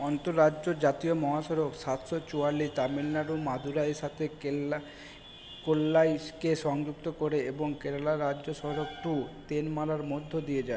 অন্তঃরাজ্য জাতীয় মহাসড়ক সাতশো চুয়াল্লিশ তামিলনাড়ুর মাদুরাইয়ের সাথে কেল্লা কোল্লাইসকে সংযুক্ত করে এবং কেরালার রাজ্য সড়ক টু তেনমালার মধ্য দিয়ে যায়